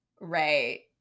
right